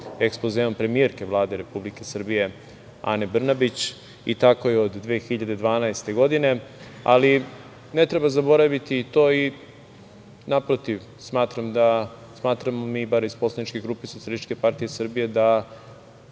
ekspozeom premijerke Vlade Republike Srbije Ane Brnabić i tako je od 2012. godine, ali ne treba zaboraviti to. Naprotiv, smatramo, bar mi iz Poslaničke grupe SPS, da